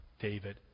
David